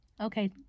Okay